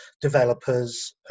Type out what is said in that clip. developers